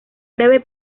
breve